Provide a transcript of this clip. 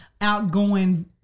outgoing